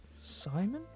Simon